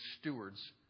stewards